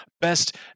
best